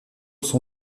son